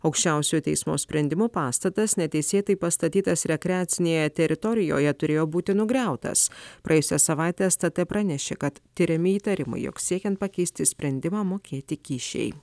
aukščiausiojo teismo sprendimu pastatas neteisėtai pastatytas rekreacinėje teritorijoje turėjo būti nugriautas praėjusią savaitę es t t pranešė kad tiriami įtarimai jog siekiant pakeisti sprendimą mokėti kyšiai